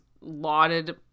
lauded